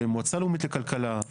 מועצה לאומית לכלכלה,